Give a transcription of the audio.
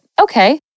Okay